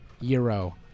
euro